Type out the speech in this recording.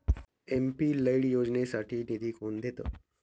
MP LAD योजनेसाठी निधी कोण देतं?